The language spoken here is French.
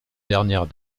dernière